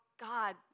God